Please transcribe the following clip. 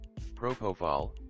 Propofol